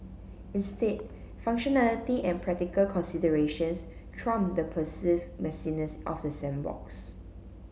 instead functionality and practical considerations trump the perceived messiness of the sandbox